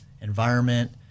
environment